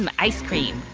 um ice cream.